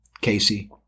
Casey